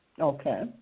Okay